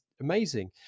amazing